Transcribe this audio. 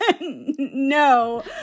no